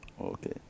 Okay